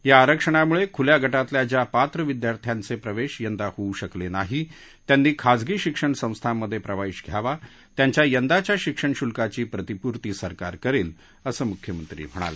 या आरक्षणामुळे खुल्या गटातल्या ज्या पात्र विद्यार्थ्यांचे प्रवेश यंदा होऊ शकले नाही त्यांनी खासगी शिक्षण संस्थांमध्ये प्रवेश घ्यावा त्यांच्या यंदाच्या शिक्षण शुल्काची प्रतिपूर्ती सरकार करेल असं मुख्यमंत्री म्हणाले